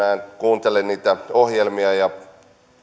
kuuntelen niitä ohjelmia ja